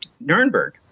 Nuremberg